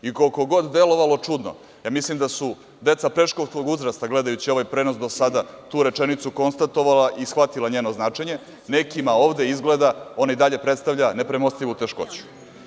I koliko god delovalo čudno, ja mislim da su deca predškolskog uzrasta, gledajući ovaj prenos, do sada tu rečenicu konstatovala i shvatila njeno značenje, nekima ovde izgleda ona i dalje predstavlja nepremostivu teškoću.